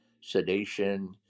sedation